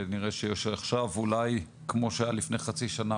ונראה שעכשיו אולי כמו שהיה לפני חצי שנה,